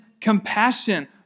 compassion